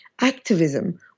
activism